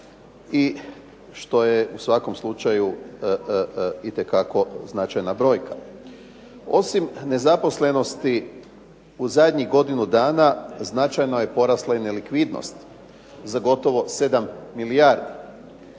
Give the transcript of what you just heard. i što je u svakom slučaju itekako značajna brojka. Osim nezaposlenosti u zadnjih godinu dana značajno je porasla i nelikvidnost za gotovo 7 milijardi.